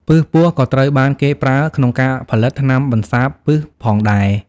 ពិសពស់ក៏ត្រូវបានគេប្រើក្នុងការផលិតថ្នាំបន្សាបពិសផងដែរ។